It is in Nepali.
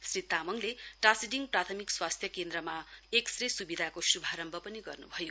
श्री तामाङले टाशीडिङ प्राथमिक स्वास्थ्य केन्द्रमा एक्स रे सुविधाको शुभारम्भ पनि गर्न् भयो